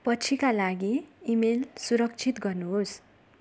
पछिका लागि इमेल सुरक्षित गर्नुहोस्